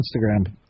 Instagram